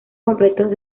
completos